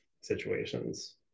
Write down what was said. situations